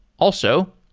also,